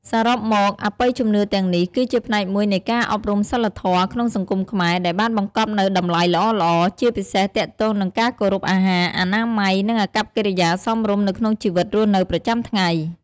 សរុបមក អបិយជំនឿទាំងនេះ គឺជាផ្នែកមួយនៃការអប់រំសីលធម៌ក្នុងសង្គមខ្មែរ ដែលបានបង្កប់នូវតម្លៃល្អៗ ជាពិសេសទាក់ទងនឹងការគោរពអាហារ អនាម័យ និងអាកប្បកិរិយាសមរម្យនៅក្នុងជីវិតរស់នៅប្រចាំថ្ងៃ។